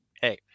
hey